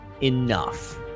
enough